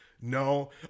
No